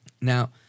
Now